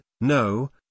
no